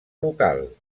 local